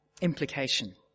implication